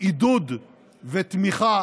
עידוד ותמיכה